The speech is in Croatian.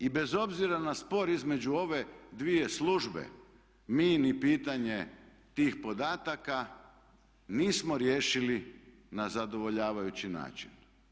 I bez obzira na spor između ove dvije službe mi ni pitanje tih podataka nismo riješili na zadovoljavajući način.